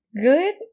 good